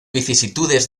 vicisitudes